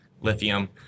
lithium